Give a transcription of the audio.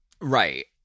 Right